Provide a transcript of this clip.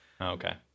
Okay